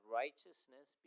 righteousness